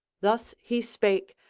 thus he spake,